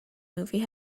movie